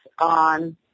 On